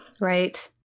Right